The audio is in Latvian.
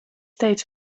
teicu